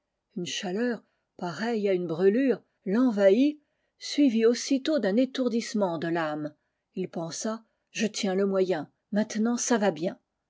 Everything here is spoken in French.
une chaleur pareille à une brûlure l'envahit suivie aussitôt d'un étourdissement de l'âme ii pensa je tiens le moyen maintenant ça va bien